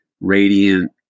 radiant